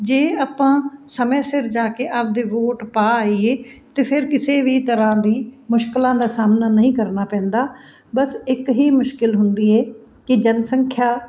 ਜੇ ਆਪਾਂ ਸਮੇਂ ਸਿਰ ਜਾ ਕੇ ਆਪਦੇ ਵੋਟ ਪਾ ਆਈਏ ਤਾਂ ਫਿਰ ਕਿਸੇ ਵੀ ਤਰ੍ਹਾਂ ਦੀ ਮੁਸ਼ਕਿਲਾਂ ਦਾ ਸਾਹਮਣਾ ਨਹੀਂ ਕਰਨਾ ਪੈਂਦਾ ਬਸ ਇੱਕ ਹੀ ਮੁਸ਼ਕਿਲ ਹੁੰਦੀ ਹੈ ਕਿ ਜਨਸੰਖਿਆ